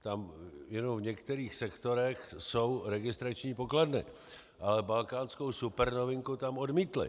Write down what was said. Tam jenom v některých sektorech jsou registrační pokladny, ale balkánskou supernovinku tam odmítli.